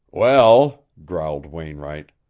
well, growled wainwright,